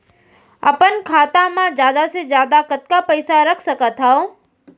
अपन खाता मा जादा से जादा कतका पइसा रख सकत हव?